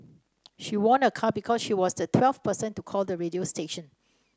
she won a car because she was the twelfth person to call the radio station